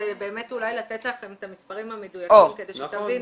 אולי לתת לכם את המספרים המדויקים כדי שתבינו.